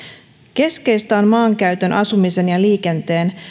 keskeistä on maankäytön asumisen ja liikenteen